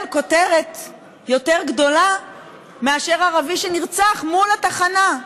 כותרת יותר גדולה מאשר ערבי שנרצח מול התחנה.